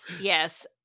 Yes